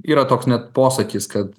yra toks net posakis kad